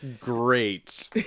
Great